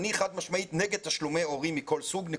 אני חד משמעית נגד תשלומי הורים מכל סוג.